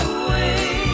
away